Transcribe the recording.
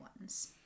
ones